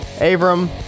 Abram